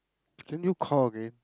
can you call again